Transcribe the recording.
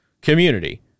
community